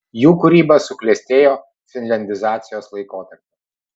jų kūryba suklestėjo finliandizacijos laikotarpiu